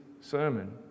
sermon